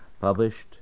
published